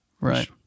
right